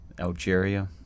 Algeria